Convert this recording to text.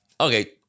okay